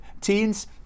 teens